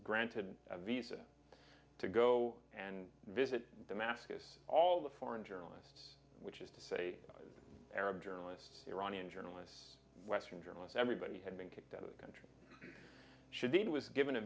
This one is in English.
granted a visa to go and visit damascus all the foreign journalists which is to say arab journalists iranian journalists western journalists everybody had been kicked out of the country should be was given a